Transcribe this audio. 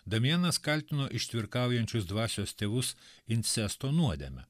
damianas kaltino ištvirkaujančius dvasios tėvus insesto nuodėme